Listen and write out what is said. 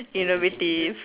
innovative